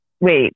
Wait